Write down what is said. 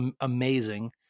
amazing